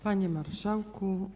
Panie Marszałku!